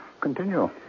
Continue